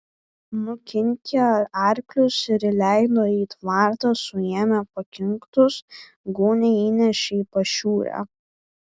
nukinkė arklius ir įleido į tvartą suėmė pakinktus gūnią įnešė į pašiūrę